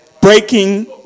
breaking